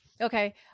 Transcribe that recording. okay